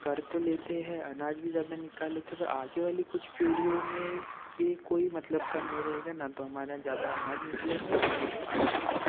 कर तो लेते हैं अनाज भी ज्यादा निकाल लेते हैं पर आगे वाली कुछ पीढ़ियों में ये कोई मतलब का नहीं रहेगा न तो हमारा ज्यादा अनाज निकलेंगे और ना ही वो शुद्ध होगा